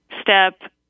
step